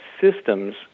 systems